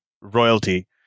royalty